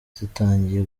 zitangiye